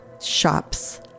shops